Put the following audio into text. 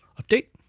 update,